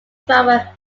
drama